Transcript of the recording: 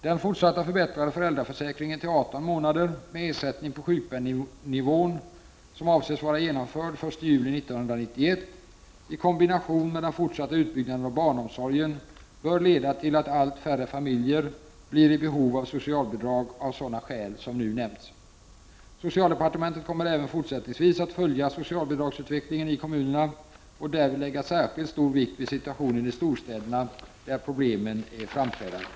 Den förbättrade fortsatta föräldraförsäkringen upp till 18 månader med ersättning på sjukpenningnivån som avses vara genomförd den 1 juli 1991 i kombination med den fortsatta utbyggnaden av barnomsorgen bör leda till att allt färre familjer blir i behov av socialbidrag av sådana skäl som nu nämnts. Socialdepartementet kommer även fortsättningsvis att följa socialbidragsutvecklingen i kommunerna och därvid lägga särskilt stor vikt vid situationen i storstäderna där problemen är framträdande.